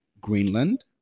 Greenland